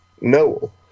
Noel